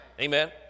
Amen